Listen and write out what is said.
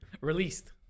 Released